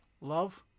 Love